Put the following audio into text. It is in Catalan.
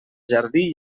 jardí